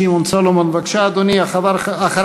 חבר הכנסת שמעון סולומון, בבקשה, אדוני.